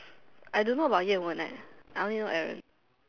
I don't know about Yan-Wen leh I only know Aaron